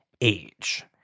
age